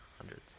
hundreds